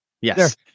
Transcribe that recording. Yes